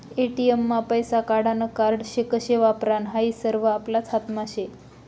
ATM मा पैसा काढानं कार्ड कशे वापरानं हायी सरवं आपलाच हातमा शे